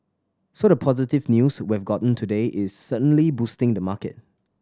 so the positive news we've gotten today is certainly boosting the market